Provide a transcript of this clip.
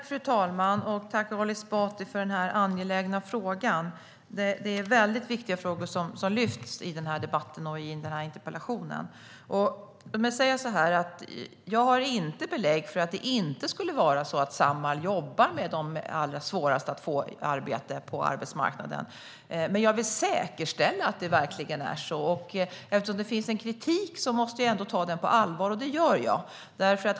Fru talman! Tack, Ali Esbati, för den angelägna frågan! Det är väldigt viktiga frågor som lyfts fram i den här debatten och interpellationen. Låt mig säga att jag inte har belägg för att det inte skulle vara så att Samhall jobbar med de som har allra svårast att få arbete på arbetsmarknaden. Men jag vill säkerställa att det verkligen är så. Och eftersom det finns en kritik måste jag ändå ta den på allvar, och det gör jag.